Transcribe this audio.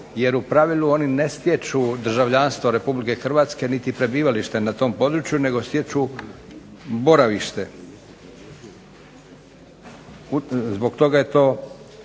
jer u pravilu oni ne stječu državljanstvo RH niti prebivalište na tom području nego stječu boravište. Zbog toga je to